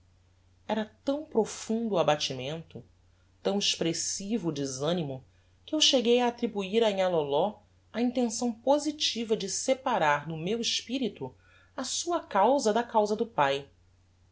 era tão profundo o abatimento tão expressivo o desanimo que eu cheguei a attribuir a nhã loló a intenção positiva de separar no meu espirito a sua causa da causa do pae